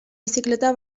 bizikleta